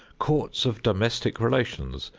courts of domestic relations,